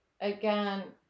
again